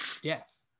death